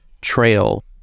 trail